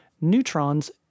neutrons